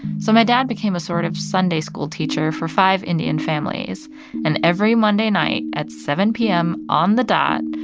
so my dad became a sort of sunday school teacher for five indian families and every monday night at seven p m. on the dot,